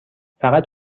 فقط